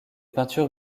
peintures